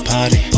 Party